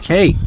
Hey